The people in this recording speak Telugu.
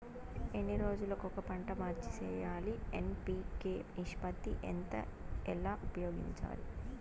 ఎన్ని రోజులు కొక పంట మార్చి సేయాలి ఎన్.పి.కె నిష్పత్తి ఎంత ఎలా ఉపయోగించాలి?